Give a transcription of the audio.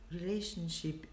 Relationship